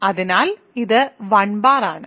അതിനാൽ ഇത് 1 ബാർ ആണ്